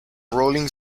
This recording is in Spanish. rolling